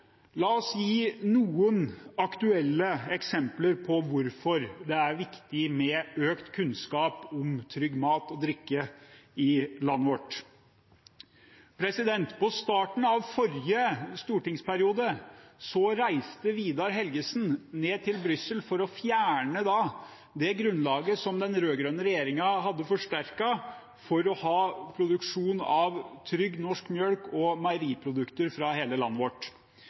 la meg gi noen aktuelle eksempler på hvorfor det er viktig med økt kunnskap om trygg mat og drikke i landet vårt. På starten av forrige stortingsperiode reiste Vidar Helgesen ned til Brussel for å fjerne det grunnlaget som den rød-grønne regjeringen hadde forsterket for å ha produksjon av trygg norsk melk og meieriprodukter fra hele landet vårt.